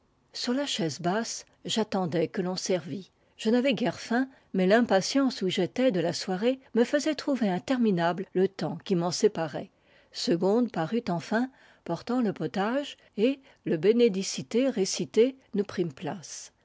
sur la chaise basse j'attendais que l'on servît je n'avais guère faim mais l'impatience où j'étais de la soirée me faisait trouver interminable le temps qui m'en séparait segonde parut enfin portant le potage et le benedicile récité nous prîmes place